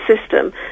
system